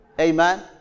Amen